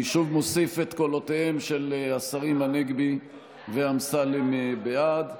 אני שוב מוסיף את קולותיהם של השרים הנגבי ואמסלם בעד.